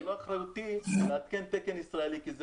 זה לא אחריותי לעדכן תקן ישראלי כי זה